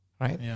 right